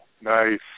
Nice